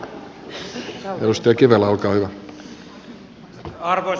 arvoisa puhemies